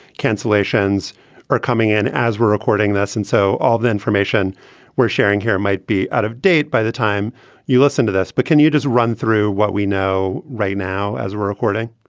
cancellations are coming in as we're recording this. and so all the information we're sharing here might be out of date by the time you listen to this. but can you just run through what we know right now as we're recording?